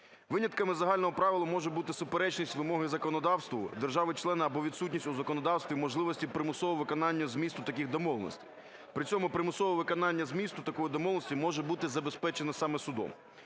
Винятками з загального правила може бути суперечність вимоги законодавства держави-члена або відсутність у законодавстві можливості примусового виконання змісту таких домовленостей. При цьому примусове виконання змісту такої домовленості може бути забезпечено саме судом.